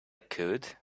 could